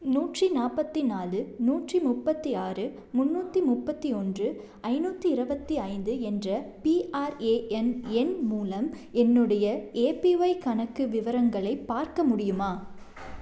நூற்று நாற்பத்தி நாலு நூற்று முப்பத்து ஆறு முந்நூற்றி முப்பத்து ஒன்று ஐந்நூற்றி இருபத்தி ஐந்து என்ற பிஆர்ஏஎன் எண் மூலம் என்னுடைய ஏபிஒய் கணக்கு விவரங்களை பார்க்க முடியுமா